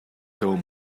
home